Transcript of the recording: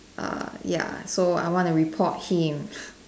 ah ya so I wanna report him